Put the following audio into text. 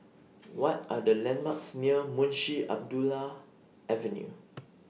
What Are The landmarks near Munshi Abdullah Avenue